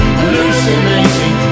hallucinating